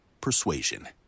persuasion